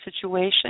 situation